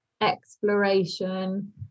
exploration